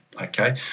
Okay